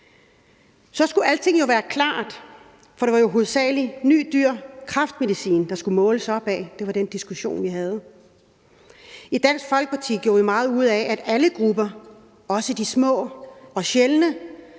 Så skulle alting være klart, for det var jo hovedsagelig ny og dyr kræftmedicin, der skulle måles op mod. Det var den diskussion, vi havde. I Dansk Folkeparti gjorde vi meget ud af, at alle grupper, også de små og sjældne,